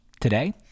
Today